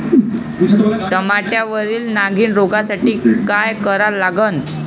टमाट्यावरील नागीण रोगसाठी काय करा लागन?